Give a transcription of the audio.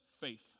faith